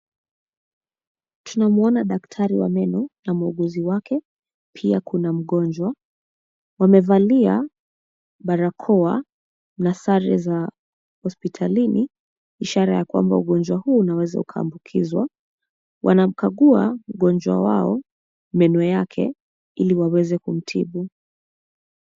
Tunamuona daktari wa meno na muuguzi wake, pia kuna mgonjwa. Wamevalia barakoa na sare za hospitalini ishara ya kwamba ugonjwa huu unaweza ukaambukizwa. Wanamkagua mgonjwa wao, meno yake ili waweze kumtibu.